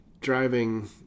driving